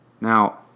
Now